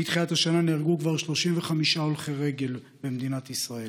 מתחילת השנה נהרגו כבר 35 הולכי רגל במדינת ישראל.